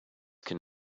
can